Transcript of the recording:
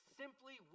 simply